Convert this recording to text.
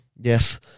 Yes